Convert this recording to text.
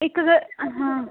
ਇੱਕ ਗੱਲ ਹਾਂ